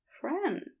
friend